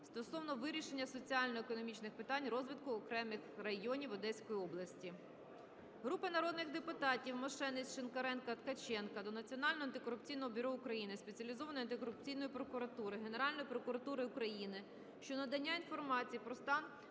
стосовно вирішення соціально-економічних питань розвитку окремих районів Одеської області. Групи народних депутатів (Мошенець, Шинкаренка, Ткаченка) до Національного антикорупційного бюро України, Спеціалізованої антикорупційної прокуратури, Генеральної прокуратури України щодо надання інформації про стан